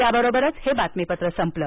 या बरोबरच हे बातमीपत्र संपलं